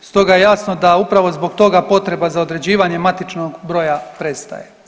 Stoga je jasno da upravo zbog toga potreba za određivanjem matičnog broja prestaje.